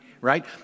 right